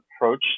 approach